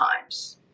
times